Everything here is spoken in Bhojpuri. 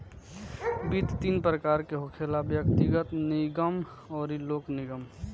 वित्त तीन प्रकार के होखेला व्यग्तिगत, निगम अउरी लोक निगम